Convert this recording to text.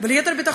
ליתר דיוק,